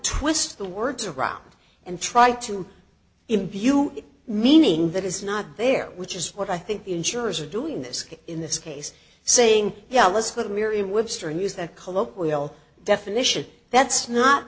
twist the words around and try to imbue meaning that is not there which is what i think the insurers are doing this in this case saying yeah let's look at miriam webster and use that colloquial definition that's not